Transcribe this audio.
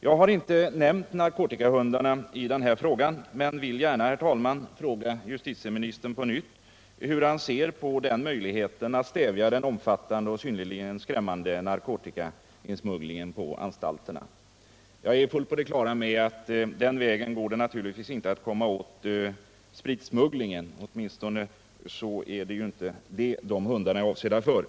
Jag har inte nämnt narkotikahundarna i min senaste fråga men vill gärna, herr talman. fråga justitieministern på nytt hur han ser på den möjligheten att stävja den omfattande och synnerligen skrämmande narkotikainsmugglingen på anstalterna. Jag är fullt på det klara med att vi med hundar naturligtvis inte kan komma åt spritsmugglingen. Åtminstone är det inte det som dessa hundar är avsedda för.